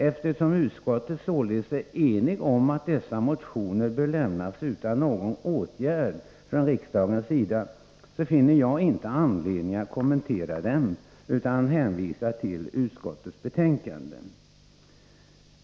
Eftersom utskottet således är enigt om att dessa motioner bör lämnas utan någon åtgärd från riksdagens sida finner jag inte anledning att kommentera dem, utan jag hänvisar till utskottets betänkande.